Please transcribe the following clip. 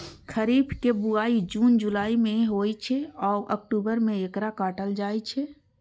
खरीफ के बुआई जुन जुलाई मे होइ छै आ अक्टूबर मे एकरा काटल जाइ छै